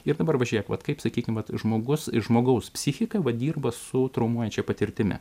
ir dabar va žiūrėk vat kaip sakykim žmogus žmogaus psichika va dirba su traumuojančia patirtimi